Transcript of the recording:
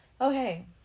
Okay